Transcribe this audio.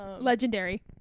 Legendary